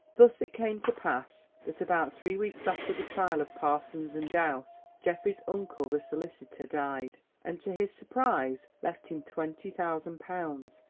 thus it came to pass that, about three weeks after the trial of parsons and douse, geoffrey's uncle the solicitor died, and to his surprise left him twenty thousand pounds,